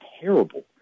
terrible